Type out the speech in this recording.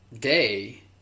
day